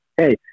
hey